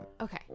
Okay